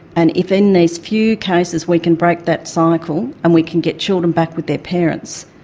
and if in these few cases we can break that cycle and we can get children back with their parents,